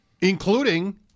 including